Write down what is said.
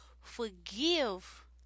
Forgive